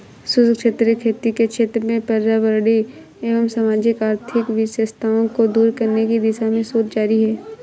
शुष्क क्षेत्रीय खेती के क्षेत्र में पर्यावरणीय एवं सामाजिक आर्थिक विषमताओं को दूर करने की दिशा में शोध जारी है